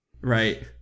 Right